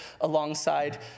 alongside